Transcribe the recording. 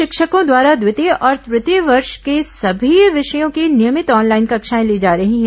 शिक्षकों द्वारा द्वितीय और तृतीय वर्ष के सभी विषयों की नियमित ऑनलाइन कक्षाएं ली जा रही हैं